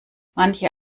manche